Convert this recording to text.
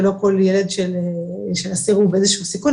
לא כל ילד של אסיר הוא באיזה שהוא סיכון,